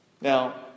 Now